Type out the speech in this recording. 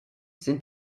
sind